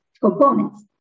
components